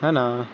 ہے نا